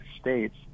States